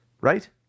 right